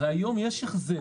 הרי היום יש החזר.